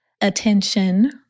attention